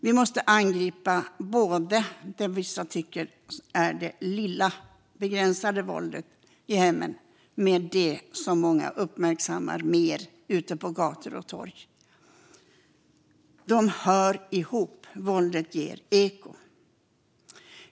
Vi måste angripa både det vissa tycker är det "lilla", begränsade våldet i hemmen och det våld som många uppmärksammar mer ute på gator och torg. De hör ihop. Våldet ger eko.